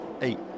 eight